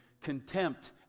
contempt